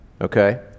okay